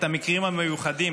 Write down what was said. את המקרים המיוחדים,